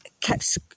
kept